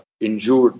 injured